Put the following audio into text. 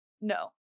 No